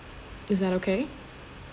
is that okay